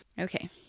Okay